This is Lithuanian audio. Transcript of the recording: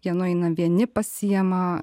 jie nueina vieni pasiima